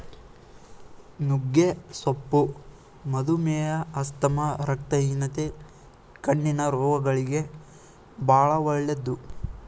ನುಗ್ಗೆ ಸೊಪ್ಪು ಮಧುಮೇಹ, ಆಸ್ತಮಾ, ರಕ್ತಹೀನತೆ, ಕಣ್ಣಿನ ರೋಗಗಳಿಗೆ ಬಾಳ ಒಳ್ಳೆದು